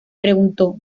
preguntó